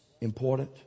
important